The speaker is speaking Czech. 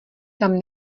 tam